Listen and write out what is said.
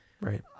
right